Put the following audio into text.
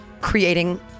creating